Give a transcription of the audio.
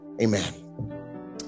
Amen